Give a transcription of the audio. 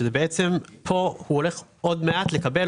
פה הוא הולך עוד מעט לקבל,